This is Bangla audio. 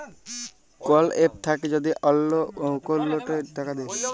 কল এপ থাক্যে যদি অল্লো অকৌলটে টাকা দেয়